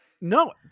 No